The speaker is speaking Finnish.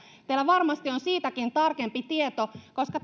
teillä varmasti on siitäkin tarkempi tieto koska